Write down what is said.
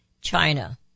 China